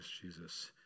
Jesus